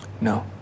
No